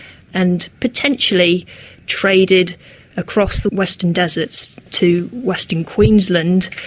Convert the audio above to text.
and potentially traded across the western desert to western queensland.